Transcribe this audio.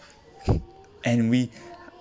and we